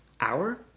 hour